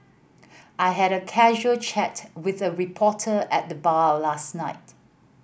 I had a casual chat with a reporter at the bar of last night